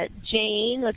ah jane. like